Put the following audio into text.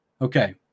okay